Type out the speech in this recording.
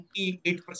98%